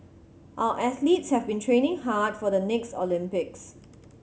our athletes have been training hard for the next Olympics